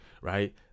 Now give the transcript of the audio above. Right